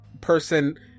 person